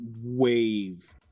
wave